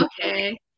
Okay